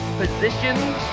positions